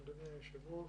אדוני היושב-ראש,